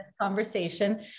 Conversation